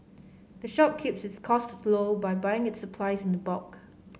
the shop keeps its cost low by buying its supplies in the bulk